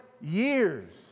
years